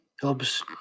helps